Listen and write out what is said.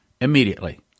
immediately